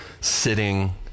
sitting